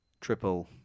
Triple